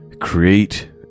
create